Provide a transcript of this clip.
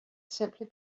simply